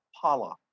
Pala